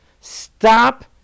stop